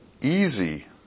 easy